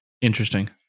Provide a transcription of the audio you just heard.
Interesting